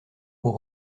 pour